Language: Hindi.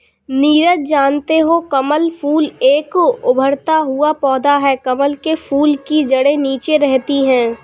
नीरज जानते हो कमल फूल एक उभरता हुआ पौधा है कमल के फूल की जड़े नीचे रहती है